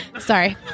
Sorry